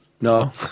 No